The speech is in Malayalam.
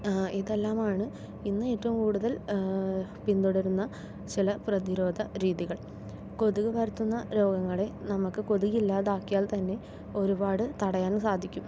ഇതെല്ലം ആണ് ഇന്ന് ഏറ്റവും കൂടുതൽ പിന്തുടരുന്ന ചില പ്രതിരോധ രീതികൾ കൊതുക് പരത്തുന്ന രോഗങ്ങളെ നമുക്ക് കൊതുക് ഇല്ലാതാക്കിയാൽ തന്നെ ഒരുപാട് തടയാൻ സാധിക്കും